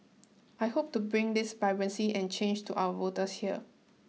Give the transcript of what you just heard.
I hope to bring this vibrancy and change to our voters here